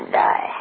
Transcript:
die